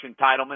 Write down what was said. entitlement